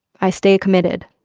i stay committed,